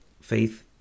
faith